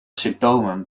symptomen